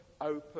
open